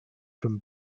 from